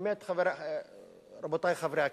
באמת, רבותי חברי הכנסת.